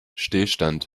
stillstand